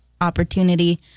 opportunity